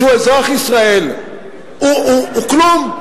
שהוא אזרח ישראל, הוא כלום?